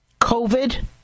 COVID